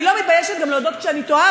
אני לא מתביישת להודות כשאני טועה.